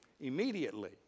Immediately